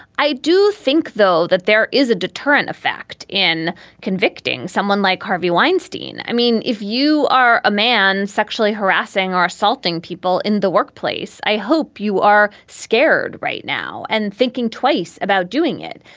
i do think, though, that there is a deterrent effect in convicting someone like harvey weinstein. i mean, if you are a man sexually harassing or assaulting people in the workplace, i hope you are scared right now and thinking twice about doing it.